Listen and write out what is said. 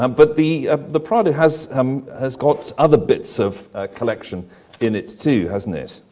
um but the the prado has um has got other bits of collection in it too, hasn't it?